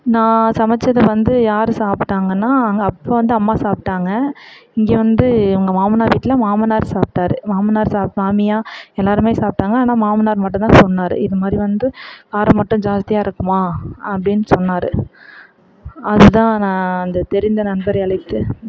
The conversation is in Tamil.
நான் சமைச்சத வந்து யார் சாப்பிட்டாங்கனா அங்கே அப்போ வந்து அம்மா சாப்பிட்டாங்க இங்கே வந்து எங்கள் மாமனார் வீட்டில் மாமனார் சாப்பிட்டாரு மாமனார் சாப்பிட்டு மாமியார் எல்லாேருமே சாப்பிட்டாங்க ஆனால் மாமனார் மட்டும் தான் சொன்னார் இது மாதிரி வந்து காரம் மட்டும் ஜாஸ்தியாக இருக்குது மா அப்படினு சொன்னார் அது தான் நான் இந்த தெரிந்த நண்பரை அழைத்து